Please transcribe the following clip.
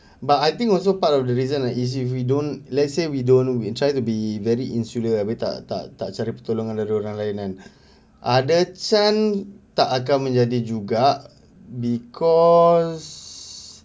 but I think also part of the reason lah is if we don't let's say we don't know we try to be very insular habis tak tak tak cari pertolongan dari orang lain kan ada chance tak akan menjadi juga because